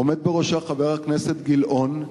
עומד בראשה חבר הכנסת גילאון.